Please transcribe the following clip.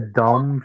dumb